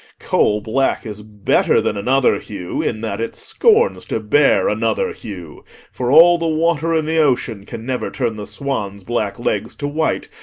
coal-black is better than another hue in that it scorns to bear another hue for all the water in the ocean can never turn the swan's black legs to white,